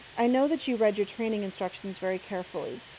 i know that you read your training instructions very carefully.